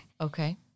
Okay